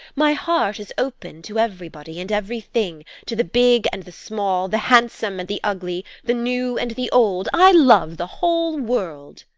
my heart is open to everybody and everything, to the big and the small, the handsome and the ugly, the new and the old i love the whole world.